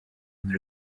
and